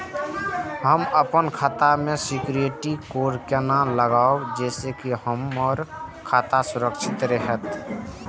हम अपन खाता में सिक्युरिटी कोड केना लगाव जैसे के हमर खाता सुरक्षित रहैत?